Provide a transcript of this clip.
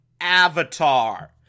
Avatar